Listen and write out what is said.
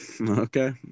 okay